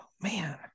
man